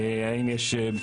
האם יש,